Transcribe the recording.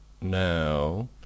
Now